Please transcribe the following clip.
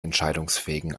entscheidungsfähigen